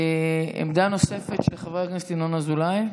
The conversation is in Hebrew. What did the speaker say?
עמדה נוספת, של חבר הכנסת ינון אזולאי.